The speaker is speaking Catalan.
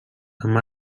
amb